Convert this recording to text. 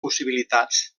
possibilitats